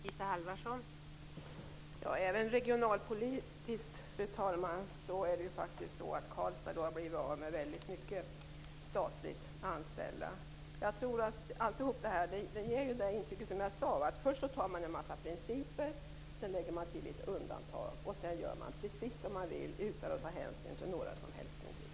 Fru talman! Även regionalpolitiskt sett har Karlstad blivit av med väldigt många statligt anställda. Det här ger, som jag sade, intrycket att först antar man en massa principer, sedan lägger man till några undantag, och sedan gör man precis som man vill, utan att ta hänsyn till några som helst principer.